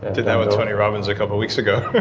did that with tony robbins a couple of weeks ago.